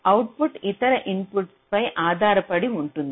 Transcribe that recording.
output ఇతర ఇన్పుట్లపై ఆధారపడి ఉంటుంది